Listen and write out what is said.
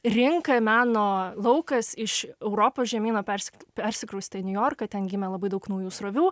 rinka ir meno laukas iš europos žemyno persk persikraustė į niujorką ten gimė labai daug naujų srovių